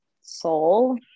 soul